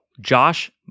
Josh